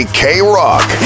K-Rock